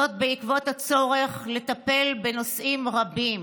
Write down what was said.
זאת, בעקבות הצורך לטפל בנושאים רבים,